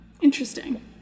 Interesting